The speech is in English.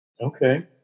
Okay